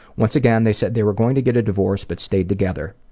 once again, they said they were going to get a divorce, but stayed together.